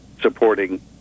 supporting